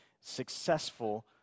successful